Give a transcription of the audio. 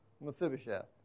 Mephibosheth